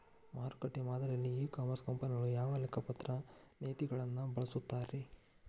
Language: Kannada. ಮಾರುಕಟ್ಟೆ ಮಾದರಿಯಲ್ಲಿ ಇ ಕಾಮರ್ಸ್ ಕಂಪನಿಗಳು ಯಾವ ಲೆಕ್ಕಪತ್ರ ನೇತಿಗಳನ್ನ ಬಳಸುತ್ತಾರಿ?